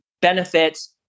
benefits